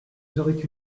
serait